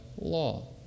law